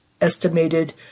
estimated